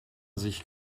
sich